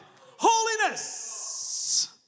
holiness